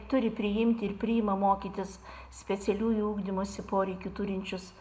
turi priimti ir priima mokytis specialiųjų ugdymosi poreikių turinčius